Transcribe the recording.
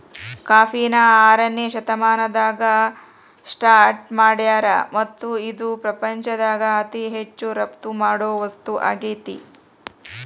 ಕಾಫಿನ ಆರನೇ ಶತಮಾನದಾಗ ಸ್ಟಾರ್ಟ್ ಮಾಡ್ಯಾರ್ ಮತ್ತ ಇದು ಪ್ರಪಂಚದಾಗ ಅತಿ ಹೆಚ್ಚು ರಫ್ತು ಮಾಡೋ ವಸ್ತು ಆಗೇತಿ